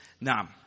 Now